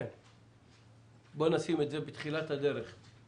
שר התקשורת שנמצא